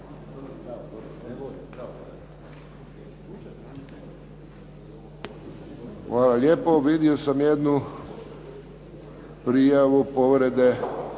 Hvala lijepo. Vidio sam jednu prijavu povrede